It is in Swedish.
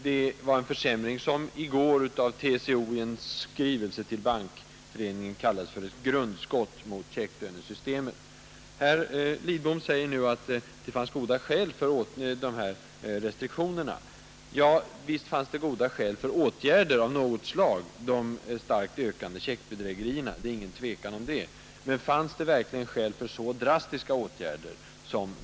Det var en försämring som i går av TCO i en skrivelse till Bankföreningen kallades för ett grundskott mot checklönesystemet. Herr Lidbom säger nu att det fanns goda skäl för restriktionerna. Ja, visst fanns det goda skäl för åtgärder av något slag, nämligen de starkt ökande checkbedrägerierna. Det är ingen tvekan om det, men fanns det verkligen skäl för så drastiska åtgärder?